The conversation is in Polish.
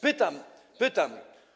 Pytam, pytam.